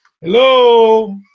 Hello